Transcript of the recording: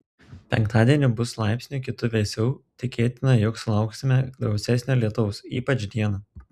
penktadienį bus laipsniu kitu vėsiau tikėtina jog sulauksime gausesnio lietaus ypač dieną